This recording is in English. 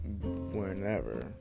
Whenever